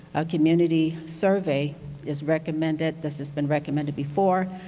a community survey is recommended. this has been recommended before,